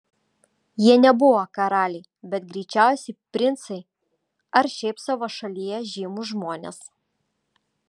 jie nebuvo karaliai bet greičiausiai princai ar šiaip savo šalyje žymūs žmonės